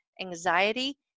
anxiety